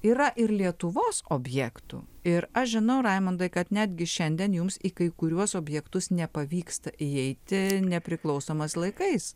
yra ir lietuvos objektų ir aš žinau raimondai kad netgi šiandien jums į kai kuriuos objektus nepavyksta įeiti nepriklausomas laikais